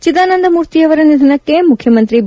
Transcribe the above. ಚಿದಾನಂದ ಮೂರ್ತಿಯವರ ನಿಧನಕ್ಕೆ ಮುಖ್ಯಮಂತ್ರಿ ಬಿ